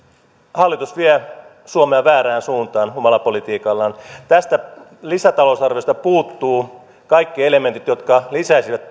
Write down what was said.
hallitus vie suomea väärään suuntaan omalla politiikallaan tästä lisätalousarviosta puuttuvat kaikki elementit jotka lisäisivät